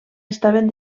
estaven